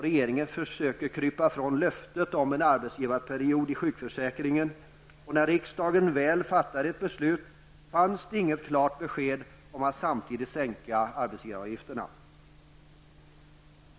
Regeringen försökte krypa från löftet om en arbetsgivarperiod i sjukförsäkringen. När riksdagen väl fattade ett beslut fanns det inget klart besked om att samtidigt sänka arbetsgivaravgifterna.